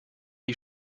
die